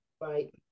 Right